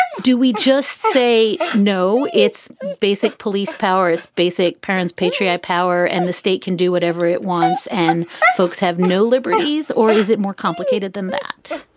do we just say no? it's basic police power. it's basic parents, patrick power. and the state can do whatever it wants. and folks have no liberties? or is it more complicated than that?